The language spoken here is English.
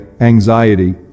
anxiety